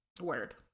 Word